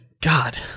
god